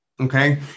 Okay